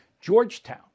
Georgetown